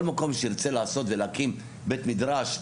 כל מקום שירצה לעשות ולהקים בית מדרש,